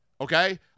Okay